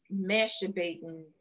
masturbating